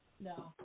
No